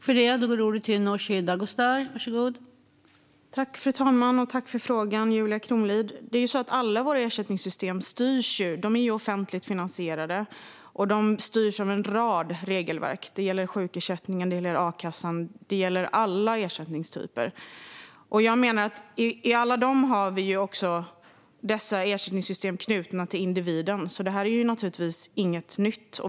Fru talman! Jag tackar Julia Kronlid för frågan. Alla våra ersättningssystem är offentligt finansierade och styrs av en rad regelverk. Det gäller sjukersättningen, a-kassan och alla ersättningstyper. Alla dessa ersättningssystem är knutna till individen. Detta är därför ingenting nytt.